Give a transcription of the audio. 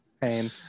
pain